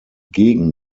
gegen